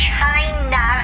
China